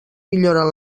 milloren